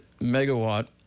megawatt